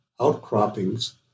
outcroppings